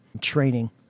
training